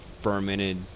fermented